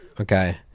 Okay